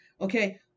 Okay